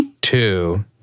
two